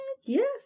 Yes